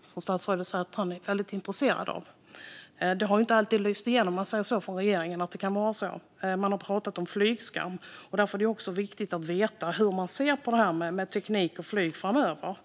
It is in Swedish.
Det säger statsrådet att han är väldigt intresserad av, men det har inte alltid lyst igenom från regeringens sida att så kan vara fallet, om vi säger så. Man har pratat om flygskam. Därför är det viktigt att veta hur man ser på det här med teknik och flyg framöver.